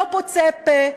לא פוצה פה.